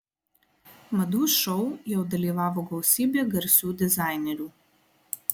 madų šou jau dalyvavo gausybė garsių dizainerių